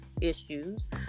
issues